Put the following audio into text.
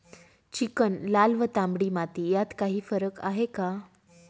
Chicken, लाल व तांबडी माती यात काही फरक आहे का?